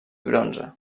bronze